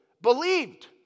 believed